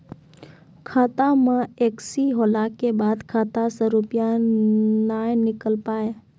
खाता मे एकशी होला के बाद खाता से रुपिया ने निकल पाए?